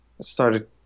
started